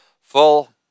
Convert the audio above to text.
full